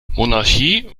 monarchie